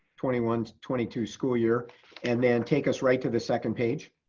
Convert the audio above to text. twenty one, twenty two school year and then take us right to the second page.